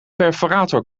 perforator